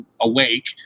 awake